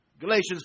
Galatians